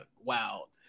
Wow